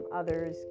others